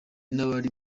n’abari